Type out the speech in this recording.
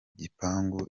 gipangu